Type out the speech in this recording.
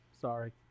sorry